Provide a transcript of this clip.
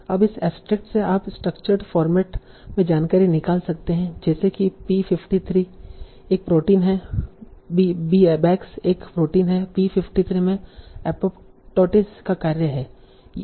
अब इस एब्सट्रैक्ट से आप स्ट्रक्चर्ड फॉर्मेट में जानकारी निकाल सकते हैं जैसे कि p53 एक प्रोटीन है bax एक प्रोटीन है p53 में एपोप्टोसिस का कार्य है